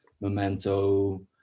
Memento